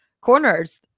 corners